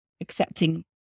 accepting